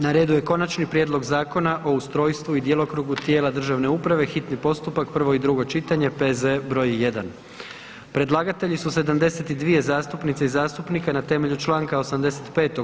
Na redu je: - Konačni prijedlog Zakona o ustrojstvu i djelokrugu tijela državne uprave, hitni postupak, prvo i drugo čitanje, P.Z. br. 1. Predlagatelji su 72 zastupnice i zastupnika na temelju čl. 85.